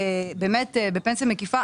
באמת ובעצם מקיפה,